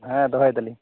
ᱫᱚᱦᱚᱭ ᱫᱟᱹᱞᱤᱧ